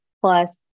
plus